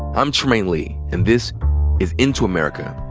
i'm trymaine lee and this is into america.